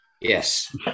Yes